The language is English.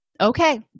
okay